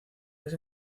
ese